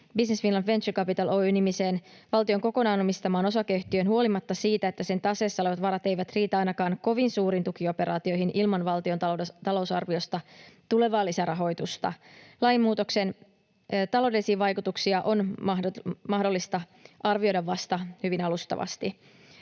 Business Finland Venture Capital Oy ‑nimiseen valtion kokonaan omistamaan osakeyhtiöön huolimatta siitä, että sen taseessa olevat varat eivät riitä ainakaan kovin suuriin tukioperaatioihin ilman valtion talousarviosta tulevaa lisärahoitusta. Lainmuutoksen taloudellisia vaikutuksia on mahdollista arvioida vasta hyvin alustavasti.